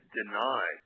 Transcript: deny